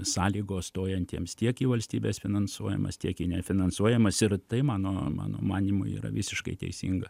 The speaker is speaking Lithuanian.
sąlygos stojantiems tiek į valstybės finansuojamas tiek į nefinansuojamas ir tai mano mano manymu yra visiškai teisinga